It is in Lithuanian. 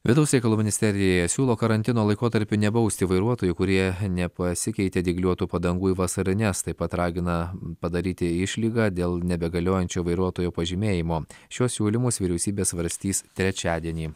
vidaus reikalų ministerija siūlo karantino laikotarpiu nebausti vairuotojų kurie nepasikeitė dygliuotų padangų į vasarines taip pat ragina padaryti išlygą dėl nebegaliojančio vairuotojo pažymėjimo šiuos siūlymus vyriausybė svarstys trečiadienį